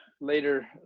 later